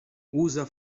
usa